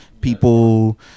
people